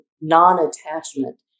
non-attachment